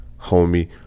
homie